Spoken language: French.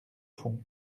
fond